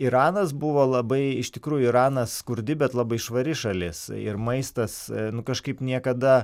iranas buvo labai iš tikrųjų iranas skurdi bet labai švari šalis ir maistas nu kažkaip niekada